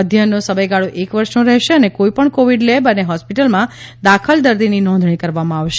અધ્યયનનો સમયગાળો એક વર્ષનો રહેશે અને કોઈપણ કોવિડ લેબ અને હોસ્પિટલમાં દાખલ દર્દીની નોંધણી કરવામાં આવશે